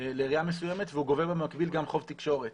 לעירייה מסוימת והוא גובה במקביל גם חוב תקשורת